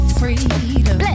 freedom